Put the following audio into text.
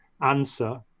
answer